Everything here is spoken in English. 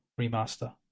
remaster